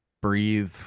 Breathe